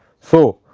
so,